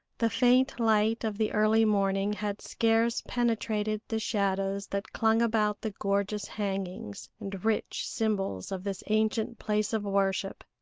the faint light of the early morning had scarce penetrated the shadows that clung about the gorgeous hangings and rich symbols of this ancient place of worship.